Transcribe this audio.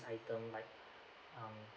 like um like um